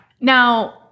Now